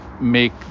make